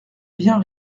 bien